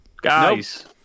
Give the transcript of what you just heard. Guys